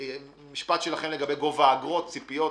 משפט שלכן לגבי גובה האגרות, ציפיות.